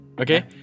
Okay